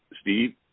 Steve